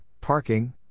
parking